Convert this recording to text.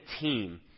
team